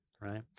right